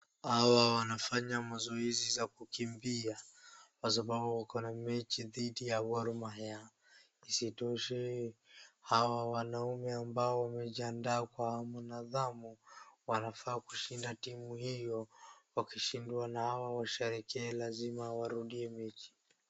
Hawa wanafanya mazoezi za kukimbia kwa sababu wako na mechi dhidi ya Gor Mahia. Isitoshe, hawa wanaume ambao wamejiandaa kwa mnadhamu wanafaa kushinda timu hiyo. Wakishindwa na hawa washarike, lazima warudie mechi.